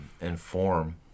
inform